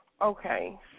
Okay